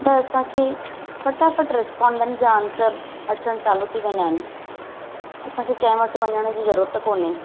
त असांखे फटाफट रिस्पोंडन जा आनसर अचण चालू थी वेंदा आहिनि असांखे कंहिं वटि वञण जी ज़रूरत कोन्हे